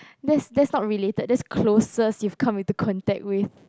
that's that's not related that's closest you've come into contact with